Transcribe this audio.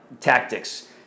tactics